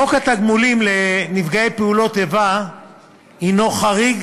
חוק התגמולים לנפגעי פעולות איבה הנו חריג